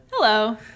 Hello